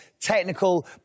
technical